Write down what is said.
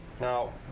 Now